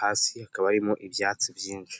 hasi hakaba harimo ibyatsi byinshi.